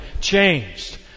changed